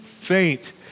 faint